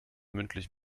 mündlich